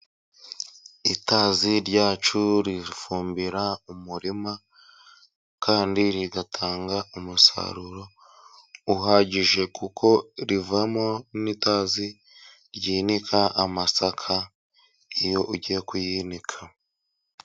Itazi ryacu rifumbira umurima kandi rigatanga umusaruro uhagije, kuko rivamo n'itazi ryinika amasaka, iyo ugiye kuyinika.